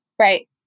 Right